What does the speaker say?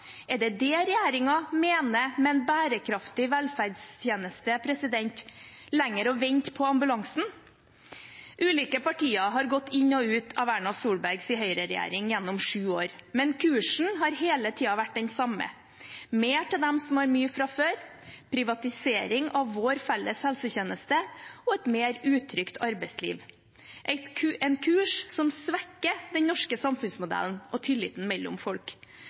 Er det det regjeringen mener med en bærekraftig velferdstjeneste – lenger å vente på ambulansen? Ulike partier har gått inn og ut av Erna Solbergs høyreregjering gjennom sju år, men kursen har hele tiden vært den samme: mer til dem som har mye fra før, privatisering av vår felles helsetjeneste og et mer utrygt arbeidsliv – en kurs som svekker den norske samfunnsmodellen og tilliten mellom folk,